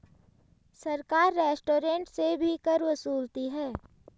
सरकार रेस्टोरेंट से भी कर वसूलती है